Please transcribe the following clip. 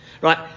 right